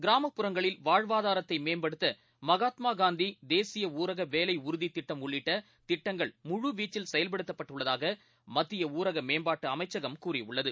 கிராமப்புறங்களில் வாழ்வாதாரத்தைமேம்படுத்தமகாத்மாகாந்திதேசியஊரகவேலைஉறுதிதிட்டம் உள்ளிட்டதிட்டங்கள் முழு வீச்சில் செயல்படுத்தப்பட்டுள்ளதாகமத்தியஊரகமேம்பாட்டுஅமைச்சகம் கூறியுள்ளது